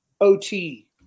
OT